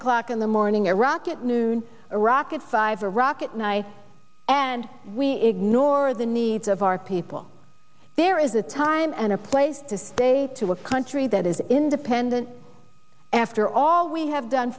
o'clock in the morning iraq at noon iraq at five iraq at night and we ignore the needs of our people there is a time and a place to say to a country that is independent after all we have done